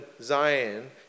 Zion